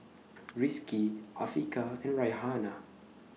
Rizqi Afiqah and Raihana